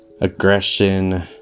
aggression